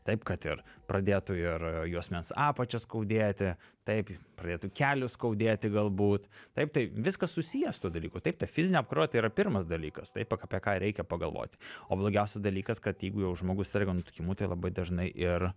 taip kad ir pradėtų ir juosmens apačią skaudėti taip pradėtų kelius skaudėti galbūt taip tai viskas susiję su tuo dalyku taip ta fizinė apkrova tai yra pirmas dalykas taip apie ką reikia pagalvoti o blogiausias dalykas kad jeigu jau žmogus serga nutukimu tai labai dažnai ir